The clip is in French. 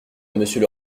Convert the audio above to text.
monsieur